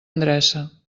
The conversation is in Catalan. endreça